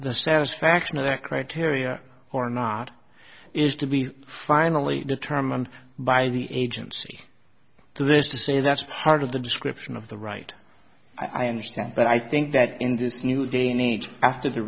the satisfaction of that criteria or not is to be finally determined by the agency there is to say that's part of the description of the right i understand but i think that in this new day and age after the